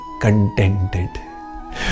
contented